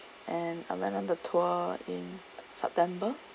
and I went on the tour in september